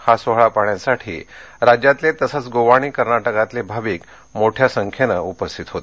हा सोहळा पाहण्यासाठी राज्यातले तसंच गोवा आणि कर्नाटकातले भाविक मोठ्या संख्येनं उपस्थित होते